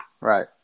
right